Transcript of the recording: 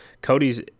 Cody's